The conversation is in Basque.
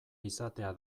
izatea